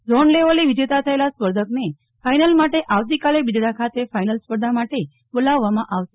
zone લેવલે વિજેતા થયેલા સ્પર્ધકને ફાઈનલ માટે આવતીકાલે બિદડા ખાતે ફાઈનલ સ્પર્ધા માટે બોલાવવામાં આવશે